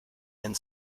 and